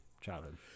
childhood